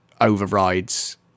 overrides